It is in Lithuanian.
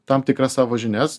tam tikras savo žinias